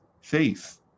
faith